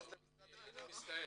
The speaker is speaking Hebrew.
אני מצטער.